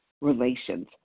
relations